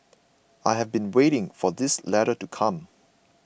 I have been waiting for this letter to come